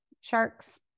sharks